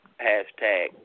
Hashtag